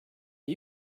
are